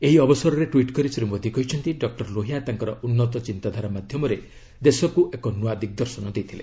ଏହି ଅବସରରେ ଟ୍ୱିଟ୍ କରି ଶ୍ରୀ ମୋଦୀ କହିଛନ୍ତି ଡକ୍ର ଲୋହିଆ ତାଙ୍କର ଉନ୍ନତ ଚିନ୍ତାଧାରା ମାଧ୍ୟମରେ ଦେଶକୁ ଏକ ନୂଆ ଦିଗ୍ଦର୍ଶନ ଦେଇଥିଲେ